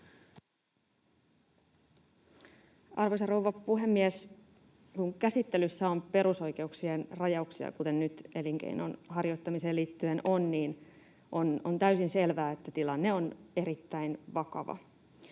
Arvoisa rouva puhemies! Kun käsittelyssä on perusoikeuksien rajauksia, kuten nyt elinkeinon harjoittamiseen liittyen on, niin on täysin selvää, että tilanne on erittäin vakava.